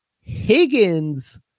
Higgins